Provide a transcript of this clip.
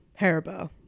haribo